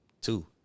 two